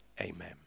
Amen